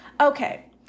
Okay